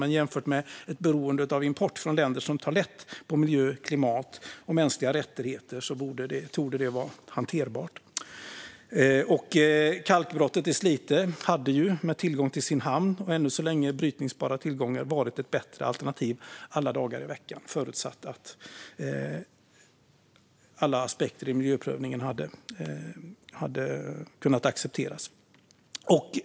Men jämfört med ett beroende av import från länder som tar lätt på miljö, klimat och mänskliga rättigheter torde det vara hanterbart. Kalkbrottet i Slite hade med tillgång till hamn och än så länge brytningsbara tillgångar varit ett bättre alternativ alla dagar i veckan, förutsatt att alla aspekter i miljöprövningen kunnat accepteras. Fru talman!